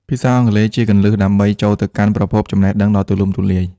ភាសាអង់គ្លេសជាគន្លឹះដើម្បីចូលទៅកាន់ប្រភពចំណេះដឹងដ៏ធំទូលាយ។